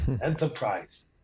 Enterprise